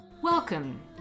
Welcome